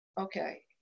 Okay